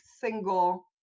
single